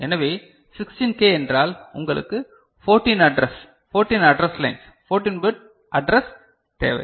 எனவே 16K என்றால் உங்களுக்கு 14 address 14 address lines 14 bit address தேவை